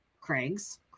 craig's